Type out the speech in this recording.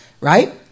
right